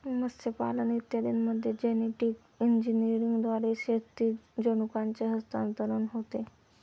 मत्स्यपालन इत्यादींमध्ये जेनेटिक इंजिनिअरिंगद्वारे क्षैतिज जनुकांचे हस्तांतरण होते